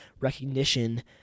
recognition